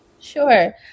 Sure